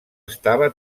estava